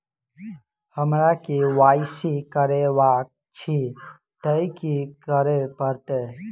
हमरा केँ Y C करेवाक अछि तऽ की करऽ पड़तै?